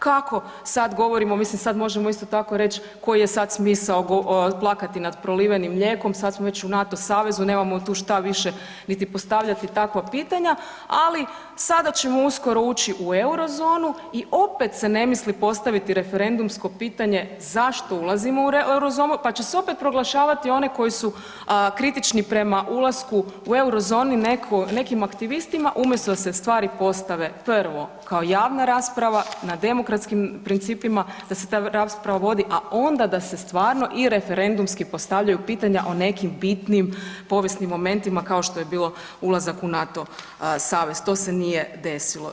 Kako sad govorimo mislim sada možemo isto tako reći, koji je sada smisao plakati nad prolivenim mlijekom, sad smo već u NATO savezu, nemamo tu šta više niti postavljati takva pitanja, ali sada ćemo uskoro ući u Eurozonu i opet se ne misli postaviti referendumsko pitanje zašto ulazimo u Eurozonu, pa će se opet proglašavati one koji su kritični prema ulasku u Eurozoni nekim aktivistima umjesto da se stvari postave, prvo kao javna rasprava na demokratskim principima, da se ta rasprava vodi, a onda da se stvarno i referendumski postavljaju pitanja o nekim bitnim povijesnim momentima kao što je bilo ulazak u NATO savez, to se nije desilo.